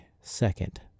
second